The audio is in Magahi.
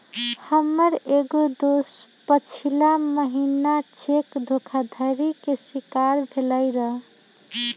हमर एगो दोस पछिला महिन्ना चेक धोखाधड़ी के शिकार भेलइ र